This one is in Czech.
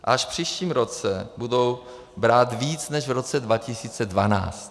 A až v příštím roce budou brát víc než v roce 2012.